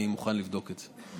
אני מוכן לבדוק זאת.